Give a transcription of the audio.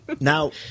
Now